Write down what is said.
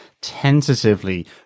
tentatively